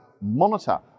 monitor